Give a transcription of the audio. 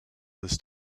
this